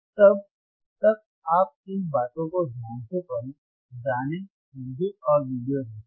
तब तक आप इन बातों को ध्यान से पढ़ें जानें समझें और वीडियो देखें